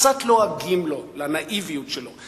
קצת לועגים לו לנאיביות שלו,